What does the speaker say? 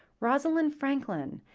rosalind franklin,